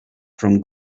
from